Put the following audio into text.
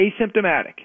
asymptomatic